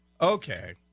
Okay